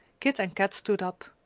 kit and kat stood up.